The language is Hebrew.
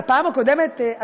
בפעם הקודמת,